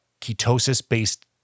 ketosis-based